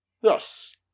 Yes